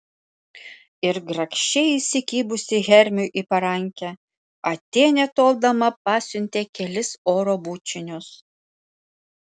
ir grakščiai įsikibusi hermiui į parankę atėnė toldama pasiuntė kelis oro bučinius